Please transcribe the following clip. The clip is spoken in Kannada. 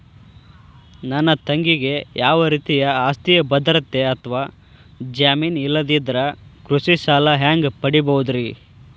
ನನ್ನ ತಂಗಿಗೆ ಯಾವ ರೇತಿಯ ಆಸ್ತಿಯ ಭದ್ರತೆ ಅಥವಾ ಜಾಮೇನ್ ಇಲ್ಲದಿದ್ದರ ಕೃಷಿ ಸಾಲಾ ಹ್ಯಾಂಗ್ ಪಡಿಬಹುದ್ರಿ?